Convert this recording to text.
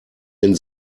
den